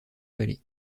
vallée